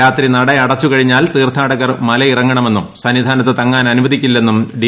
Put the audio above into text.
രാത്രി നട അടച്ചു കഴിഞ്ഞാൽ തീർഥാടകർ മലയിറങ്ങണമെന്നും സന്നിധാനത്ത് തങ്ങാൻ അനുവദിക്കില്ലെന്നും ഡി